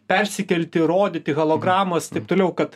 persikelti rodyti hologramas taip toliau kad